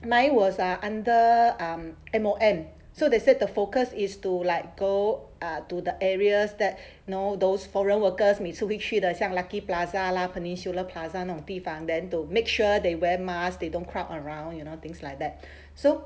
my was under um M_O_M so they said the focus is to like go err to the areas that know those foreign workers 每次会去的像 lucky plaza lah peninsula plaza 那种地方 then to make sure they wear masks they don't crowd around you know things like that so